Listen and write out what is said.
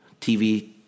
TV